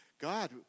God